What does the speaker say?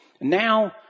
Now